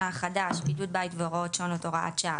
החדש)(בידוד בית והוראות שונות)(הוראת שעה),